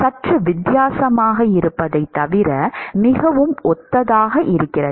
சற்று வித்தியாசமாக இருப்பதைத் தவிர மிகவும் ஒத்ததாக இருக்கிறது